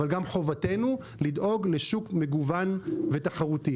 אבל גם חובתנו לדאוג לשוק מגוון ותחרותי